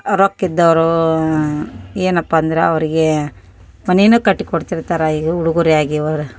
ರೊಕ್ಕ ಇದ್ದೋರು ಏನಪ್ಪ ಅಂದ್ರೆ ಅವ್ರಿಗೆ ಮನೆನು ಕಟ್ಟಿ ಕೊಡ್ತಿರ್ತಾರೆ ಈಗ ಹುಡ್ಗುರ್ ಯಾಗಿವರ